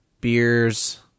Beers